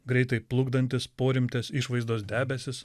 greitai plukdantis porimtės išvaizdos debesis